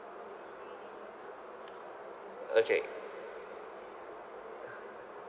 okay